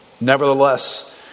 Nevertheless